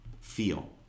Feel